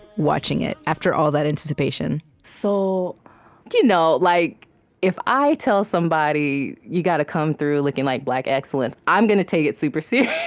watching it after all that anticipation? so you know, like if i tell somebody, you gotta come through, looking like black excellence, i'm gonna take it super-serious.